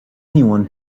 anyone